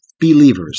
believers